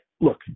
Look